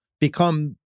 become